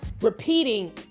repeating